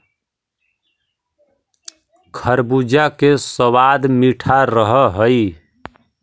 खरबूजा के सबाद मीठा रह हई